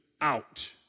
out